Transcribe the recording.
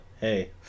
hey